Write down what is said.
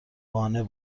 قانع